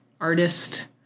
artist